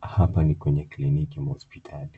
Hapa ni kwenye kliniki mwa hospitali.